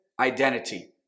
identity